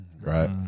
Right